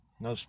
no